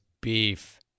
beef